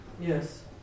Yes